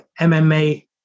MMA